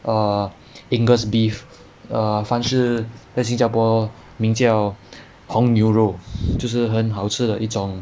err angus beef err 凡是在新加坡名叫红牛肉就是很好吃的一种